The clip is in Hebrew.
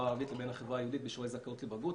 הערבית לבין החברה היהודית בשיעורי הזכאות לבגרות,